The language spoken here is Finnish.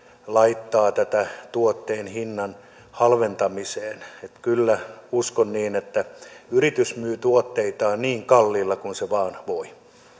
laittaa tätä tuotteen hinnan halventamiseen kyllä uskon niin että yritys myy tuotteitaan niin kalliilla kuin se vain voi